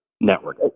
network